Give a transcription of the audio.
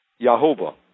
Yahovah